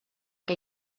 que